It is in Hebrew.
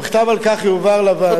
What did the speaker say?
מכתב על כך יועבר לוועדה.